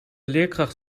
leerkracht